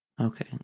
okay